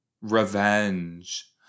Revenge